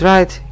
Right